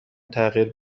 تغییر